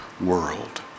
world